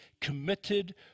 committed